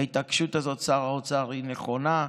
ההתעקשות הזאת, שר האוצר, היא נכונה,